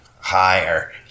higher